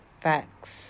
Facts